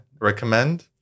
recommend